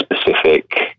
specific